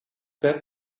their